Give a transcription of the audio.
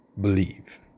Believe